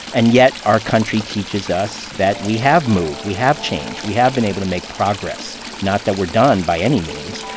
and yet our country teaches us that we have moved, we have changed. we have been able to make progress. not that we're done, by any means.